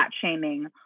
shaming –